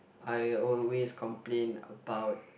I always complain about